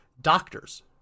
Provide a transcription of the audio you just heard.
doctors